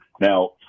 Now